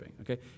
okay